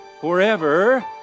forever